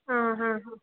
ಹಾಂ ಹಾಂ ಹಾಂ